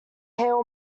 hail